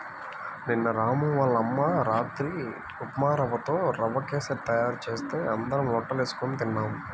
నిన్న రాము వాళ్ళ అమ్మ రాత్రి ఉప్మారవ్వతో రవ్వ కేశరి తయారు చేస్తే అందరం లొట్టలేస్కొని తిన్నాం